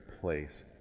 place